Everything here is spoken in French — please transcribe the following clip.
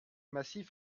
massifs